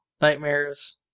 Nightmares